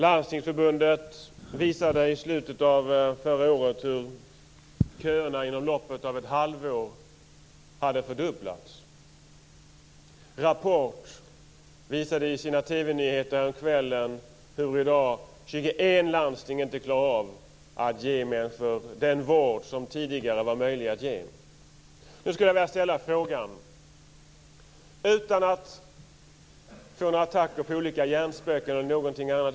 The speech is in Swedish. Landstingsförbundet visade i slutet av förra året hur köerna inom loppet av ett halvår hade fördubblats. Rapport visade i sina TV-nyheter häromkvällen att 21 landsting i dag inte klarar av att ge människor den vård som tidigare var möjlig att ge. Nu skulle jag vilja ställa en fråga utan att få några attacker på olika hjärnspöken eller något annat.